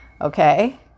Okay